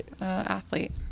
athlete